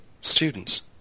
Students